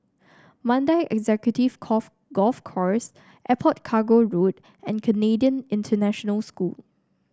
Mandai Executive Golf Course Airport Cargo Road and Canadian International School